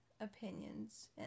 opinions